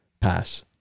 pass